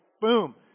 boom